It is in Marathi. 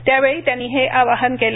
त्यावेळी त्यांनी हे आवाहन केलं